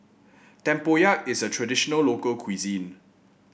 tempoyak is a traditional local cuisine